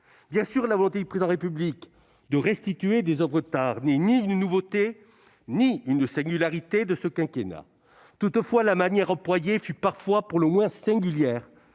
Bien sûr, sa volonté de restituer des oeuvres d'art n'est ni une nouveauté ni une singularité de ce quinquennat. Toutefois, la manière employée fut parfois pour le moins singulière,